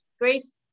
grace